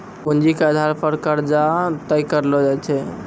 पूंजी के आधार पे कर्जा तय करलो जाय छै